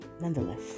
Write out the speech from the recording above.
nonetheless